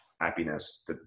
happiness